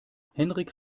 henrik